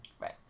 Right